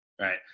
Right